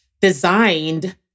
designed